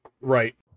Right